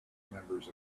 members